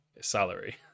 salary